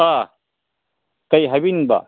ꯑꯥ ꯀꯔꯤ ꯍꯥꯏꯕꯤꯅꯤꯡꯕ